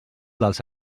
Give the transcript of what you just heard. dels